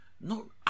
No